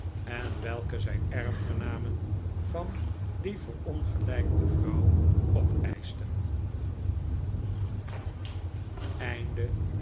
en welke zijn erfgenamen van die verongelijkte vrouw opeischten